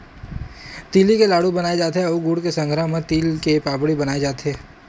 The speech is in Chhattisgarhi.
तिली के लाडू बनाय जाथे अउ गुड़ के संघरा म तिल के पापड़ी बनाए जाथे